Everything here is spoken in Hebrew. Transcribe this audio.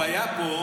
הוא היה פה,